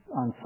on